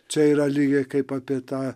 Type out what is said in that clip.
čia yra lygiai kaip apie tą